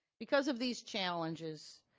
because of these challenges,